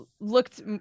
looked